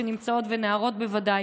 ונערות בוודאי,